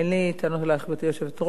אין לי טענות אלייך, גברתי היושבת-ראש.